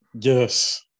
Yes